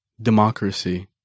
Democracy